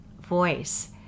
voice